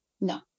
no